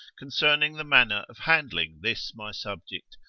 concerning the manner of handling this my subject,